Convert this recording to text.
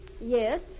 Yes